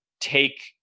take